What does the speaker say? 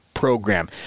program